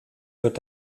wird